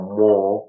more